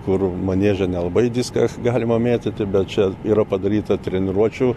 kur manieže nelabai diską galima mėtyti bet čia yra padaryta treniruočių